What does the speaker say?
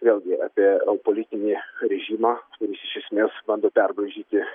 vėlgi apie politinį režimą ir jis iš esmės bando perbraižyti